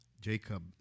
Jacob